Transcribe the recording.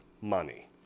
money